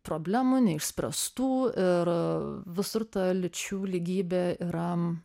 problemų neišspręstų ir visur lyčių lygybė yra